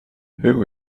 who